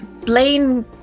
Blaine